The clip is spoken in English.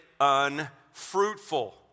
unfruitful